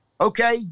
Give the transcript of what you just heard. okay